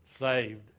saved